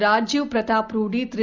Rajiv Pratap Rudy Thiru